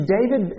David